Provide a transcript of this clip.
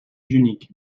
junique